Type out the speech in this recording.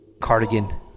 cardigan